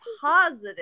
positive